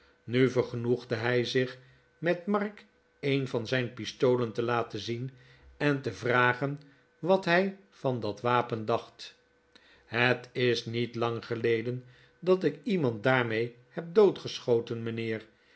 nu vergenoegde hij zich met mark een van zijn pistolen te laten zien en te vragen wat hij van dat wapen dacht het is niet lang geleden dat ik iemand daarmee heb doodgeschoten mijnheer